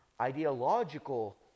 ideological